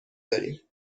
داریم